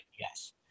yes